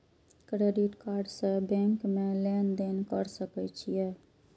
Credit card से bank में लेन देन कर सके छीये?